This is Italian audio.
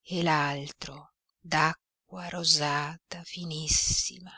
e l'altro d'acqua rosata finissima